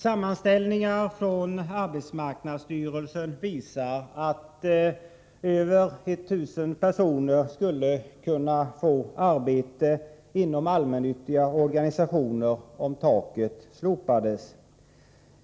Sammanställningar från arbetsmarknadsstyrelsen visar att över 1 000 personer skulle kunna få arbete inom allmännyttiga organisationer om taket slopades.